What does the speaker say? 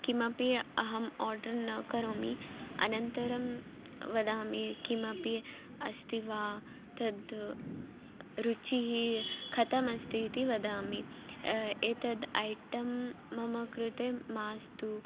किमपि अहम् आर्डर् न करोमि अनन्तरं वदामि किमपि अस्ति वा तत्र रुचिः कथम् अस्ति इति वदामि एतद् ऐटम् मम कृते मास्तु